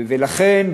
ולכן,